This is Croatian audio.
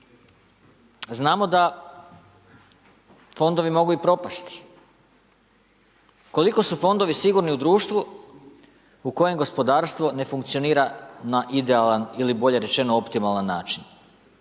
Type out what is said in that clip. Znamo da fondovi mogu i propasti. Koliko su fondovi sigurni u društvu u kojem gospodarstvo ne funkcionira na idealan ili bolje rečeno optimalan način?